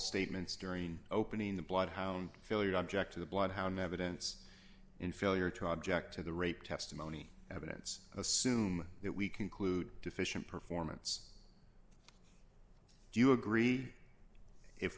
statements during opening the bloodhound feel you object to the bloodhound evidence in failure to object to the rape testimony evidence assume that we conclude deficient performance do you agree if